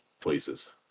places